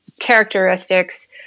characteristics